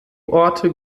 orte